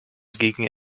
gegen